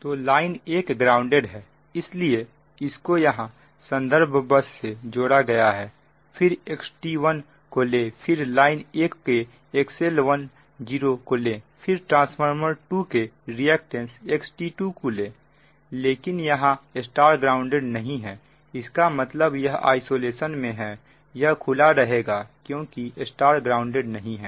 तो line 1 grounded है इसलिए इसको यहां संदर्भ बस से जोड़ा गया है फिर XT1 को ले फिर लाइन 1 के XL10 को ले फिर ट्रांसफार्मर 2 के रिएक्टेंस XT2 को ले लेकिन यहां Y ग्राउंडेड नहीं है इसका मतलब यह आइसोलेशन में है यह खुला रहेगा क्योंकि Y ग्राउंडेड नहीं है